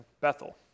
Bethel